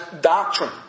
doctrine